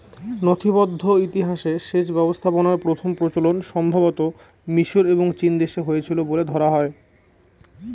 নথিবদ্ধ ইতিহাসে সেচ ব্যবস্থাপনার প্রথম প্রচলন সম্ভবতঃ মিশর এবং চীনদেশে হয়েছিল বলে ধরা হয়